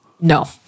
No